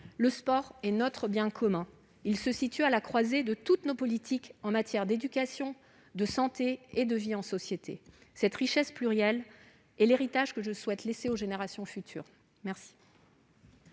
Le sport est notre bien commun. Il se situe à la croisée de toutes nos politiques en matière d'éducation, de santé et de vie en société. Cette richesse plurielle est l'héritage que je souhaite laisser aux générations futures.